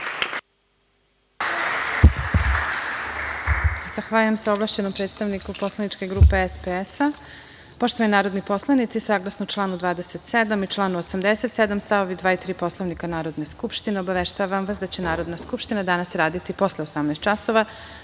Zahvaljujem se ovlašćenom predstavniku poslaničke grupe SPS.Poštovani narodni poslanici, saglasno članu 27. i članu 87. stavovi 2. i 3. Poslovnika Narodne skupštine, obaveštavam vas da će Narodna skupština danas raditi posle 18 časova